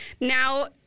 now